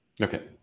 Okay